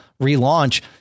relaunch